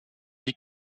die